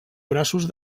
braços